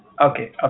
Okay